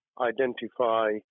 identify